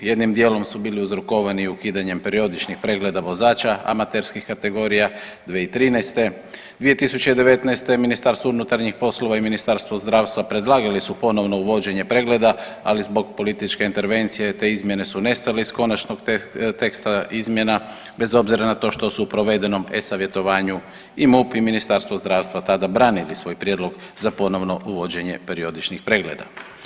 Jednim dijelom su bili uzrokovani ukidanjem periodičnih pregleda vozača amaterskih kategorija 2013. 2019. je Ministarstvo unutarnjih poslova i Ministarstvo zdravstva predlagali su ponovno uvođenje pregleda, ali zbog političke intervencije te izmjene su nestale iz konačnog teksta izmjena, bez obzira što su u provedenom e-savjetovanju i MUP i Ministarstvo zdravstva tada branili svoj prijedlog za ponovno uvođenje periodičnih pregleda.